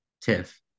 TIFF